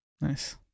nice